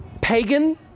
Pagan